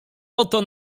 oto